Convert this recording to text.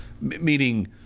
meaning